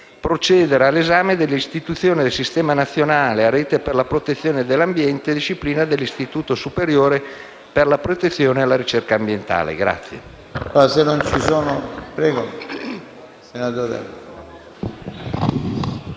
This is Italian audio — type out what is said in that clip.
provvedimento sull'istituzione del Sistema nazionale a rete per la protezione dell'ambiente e disciplina dell'Istituto superiore per la protezione e la ricerca ambientale.